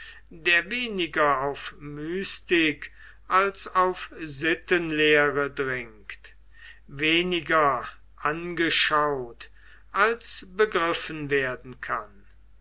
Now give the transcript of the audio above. der weniger auf mystik als auf sittenlehre dringt weniger angeschaut als begriffen werden kann